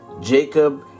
Jacob